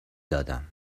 دادم